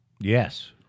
Yes